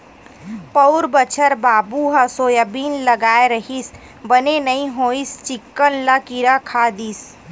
पउर बछर बाबू ह सोयाबीन लगाय रिहिस बने नइ होइस चिक्कन ल किरा खा दिस